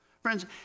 Friends